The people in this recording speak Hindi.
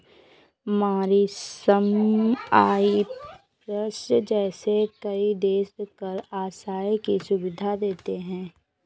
मॉरीशस, साइप्रस जैसे कई देश कर आश्रय की सुविधा देते हैं